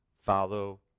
follow